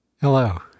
Hello